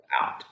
out